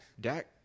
Dak